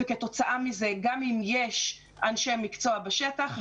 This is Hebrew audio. וכתוצאה כך גם אם יש אנשי מקצוע בשטח,